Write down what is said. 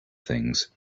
things